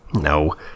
No